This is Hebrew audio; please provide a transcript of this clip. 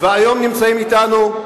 והיום נמצאות אתנו.